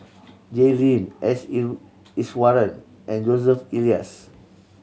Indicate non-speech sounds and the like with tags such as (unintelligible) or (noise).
Jay Lim S (unintelligible) Iswaran and Joseph Elias